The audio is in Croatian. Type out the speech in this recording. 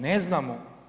Ne znamo.